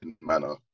manner